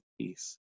peace